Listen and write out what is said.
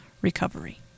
recovery